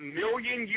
million